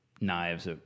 knives